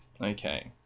okay